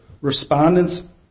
respondents